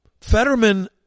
Fetterman